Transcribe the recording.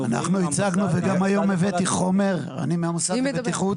אנחנו עובדים עם המוסד --- אני מהמוסד לבטיחות.